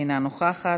אינה נוכחת,